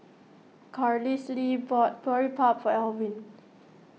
Carlisle bought Boribap for Alwin